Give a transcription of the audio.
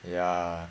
ya